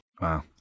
Wow